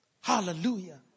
Hallelujah